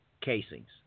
Casings